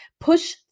push